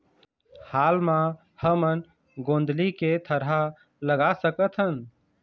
हाल मा हमन गोंदली के थरहा लगा सकतहन?